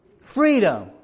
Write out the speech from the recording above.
Freedom